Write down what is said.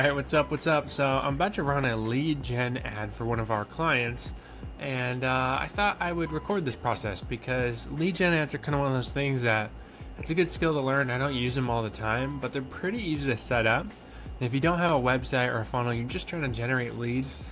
what's up? what's up? so a um bunch of run a lead gen ad for one of our clients and i thought i would record this process because lead gen ads are kind of one of those things that that's a good skill to learn. i don't use them all the time, but they're pretty easy to set up. and if you don't have a website or a funnel, you're just trying to and generate leads,